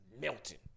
melting